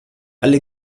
alle